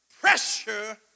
Pressure